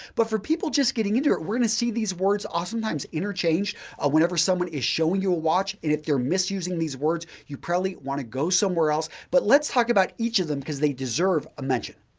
but for people just getting into it we're going to see these words are ah sometimes interchanged ah whenever someone is showing you a watch and if they're misusing these words, you probably want to go somewhere else. but, let's talk about each of them because they deserve a mention.